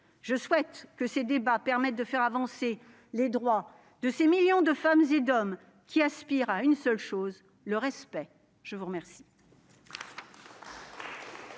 Je souhaite enfin que ce débat permette de faire avancer les droits de ces millions de femmes et d'hommes qui n'aspirent qu'à une seule chose : le respect. La parole